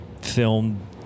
film